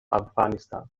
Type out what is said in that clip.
afghanistan